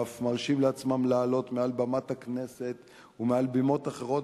ואף מרשים לעצמם לעלות מעל במת הכנסת ומעל בימות אחרות